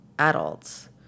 adults